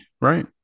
right